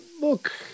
Look